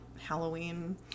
Halloween